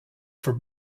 for